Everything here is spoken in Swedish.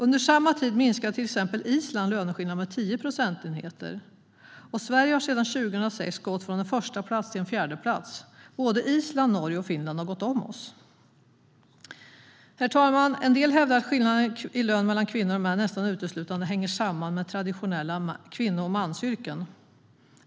Under samma tid minskade till exempel Island löneskillnaden med 10 procentenheter. Sverige har sedan 2006 gått från en förstaplats till en fjärdeplats. Såväl Island som Norge och Finland har gått om oss. Herr talman! En del hävdar att skillnaden i lön mellan kvinnor och män nästan uteslutande hänger samman med traditionella kvinno och mansyrken.